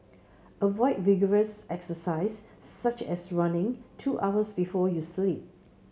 avoid vigorous exercise such as running two hours before you sleep